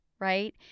Right